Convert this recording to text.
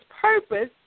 purpose